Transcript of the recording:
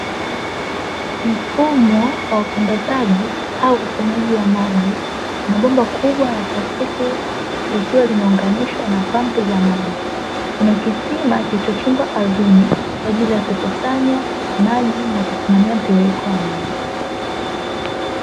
Mfumo wa usambazaji au ukusanyaji wa maji kuna bomba kubwa la plastiki likiwa limeunganishwa na pampu za maji. Kuna kisima kilichochimbwa ardhini kwa ajili ya kukusanya maji na kusimamia mtiririko wa maji.